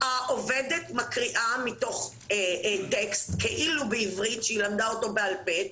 העובדת מקריאה מתוך טקסט כאילו בעברית שהיא למדה אותו בעל פה,